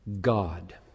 God